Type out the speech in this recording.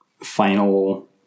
final